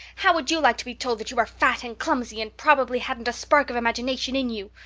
how would you like to be told that you are fat and clumsy and probably hadn't a spark of imagination in you?